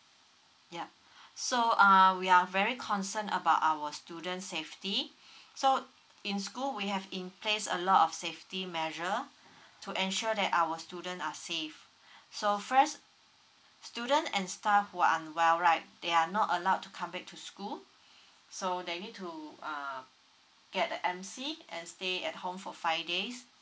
ya so uh we are very concern about our students safety so in school we have in place a lot of safety measure to ensure that our students are safe so first student and staff who are unwell right they are not allowed to come back to school so they need to uh get a M_C and stay at home for five days